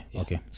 okay